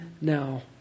now